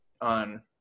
on